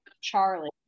Charlie